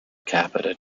capita